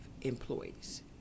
employees